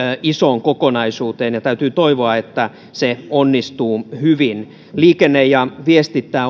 isoon kokonaisuuteen täytyy toivoa että se onnistuu hyvin liikenne ja viestintä